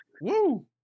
Woo